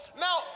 Now